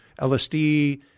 LSD